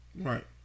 Right